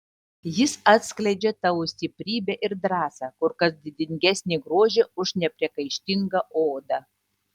jis atskleidžia tavo stiprybę ir drąsą kur kas didingesnį grožį už nepriekaištingą odą